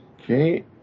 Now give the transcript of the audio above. Okay